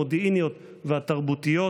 המודיעיניות והתרבותיות,